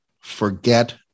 forget